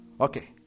Okay